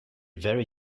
very